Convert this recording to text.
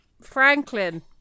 Franklin